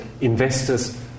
investors